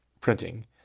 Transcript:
printing